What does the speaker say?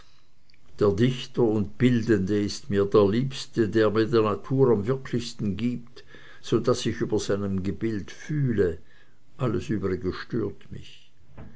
der dichter und bildende ist mir der liebste der mir die natur am wirklichsten gibt so daß ich über seinem gebild fühle alles übrige stört mich